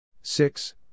six